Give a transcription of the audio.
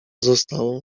zostało